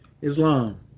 Islam